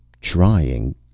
trying